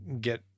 get